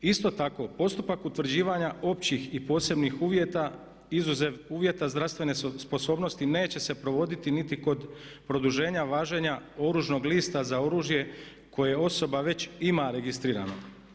Isto tako, postupak utvrđivanja općih i posebnih uvjeta izuzev uvjeta zdravstvene sposobnosti neće se provoditi niti kod produženja važenja oružnog lista za oružje koje osoba već ima registrirano.